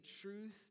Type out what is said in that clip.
truth